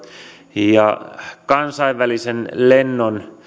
kansainvälisen